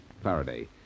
Faraday